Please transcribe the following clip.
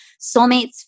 Soulmates